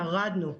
ירדנו.